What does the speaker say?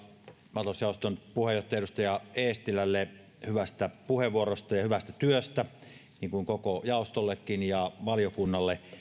maatalousjaoston puheenjohtaja edustaja eestilälle hyvästä puheenvuorosta ja hyvästä työstä sekä koko jaostolle ja valiokunnalle